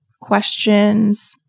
questions